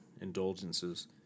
indulgences